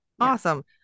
Awesome